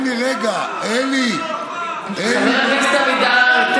היקרה והמטורפת הזאת,